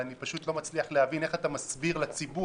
אני פשוט לא מצליח להבין איך אתה מסביר לציבור,